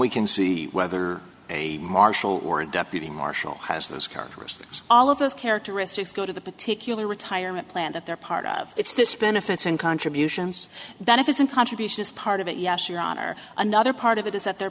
we can see whether a marshall or a deputy marshal has those characteristics all of those characteristics go to the particular retirement plan that they're part of it's this benefits and contributions benefits and contributions part of it yes your honor another part of it is that their